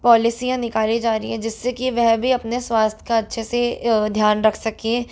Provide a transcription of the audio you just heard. पॉलिसीयाँ निकाली जा रही हैं जिससे कि वह भी अपने स्वास्थ्य का अच्छे से ध्यान रख सकें